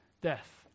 death